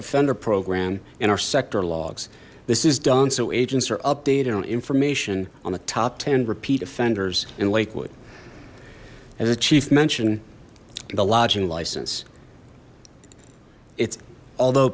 offender program and our sector logs this is done so agents are updated on information on the top ten repeat offenders in lakewood and the chief mentioned the lodging license it's although